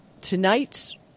tonight's